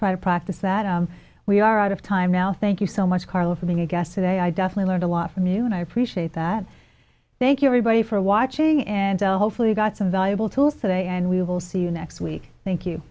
try to practice that we are out of time now thank you so much carla for being a guest today i definitely learned a lot from you and i appreciate that thank you everybody for watching and hopefully got some valuable tool for the and we will see you next week thank you